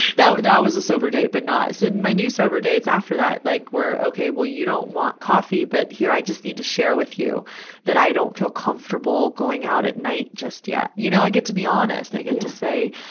that was, that was a sober date, but not. so my new sober dates after that like were, okay, well you don't want coffee, but here i just need to share with you that i don't feel comfortable going out at night just yet. you know, i get to be honest. i get to say,